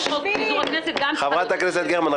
החוק תגרום נזק ------ חברת הכנסת גרמן,